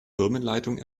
firmenleitung